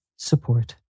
Support